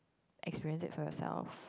experience it for yourself